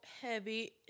heavy